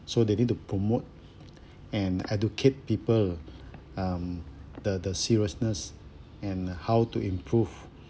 so they need to promote and educate people um the the seriousness and how to improve